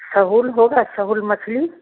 सहूल होगा सहूल मछली